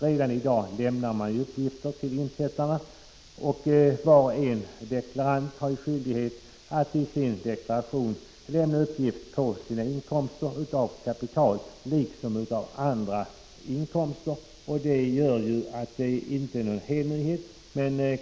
Redan i dag lämnas uppgifter till insättarna, och var och en deklarant har skyldighet att i sin deklaration lämna uppgift på sina inkomster av kapital liksom av andra inkomster. Det gör att uppgifterna inte är någon hemlighet.